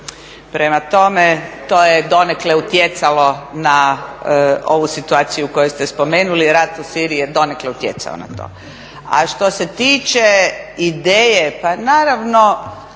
Prema tome, to je donekle utjecalo na ovu situaciju koju ste spomenuli, rat u Siriji je donekle utjecao na to. Što se tiče ideje, pa naravno